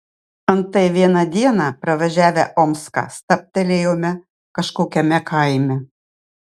antai vieną dieną pravažiavę omską stabtelėjome kažkokiame kaime